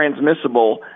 transmissible